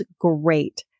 great